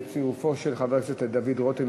בצירופו של חבר הכנסת דוד רותם,